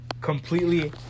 completely